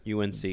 UNC